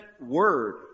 word